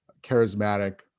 charismatic